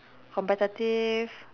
competitive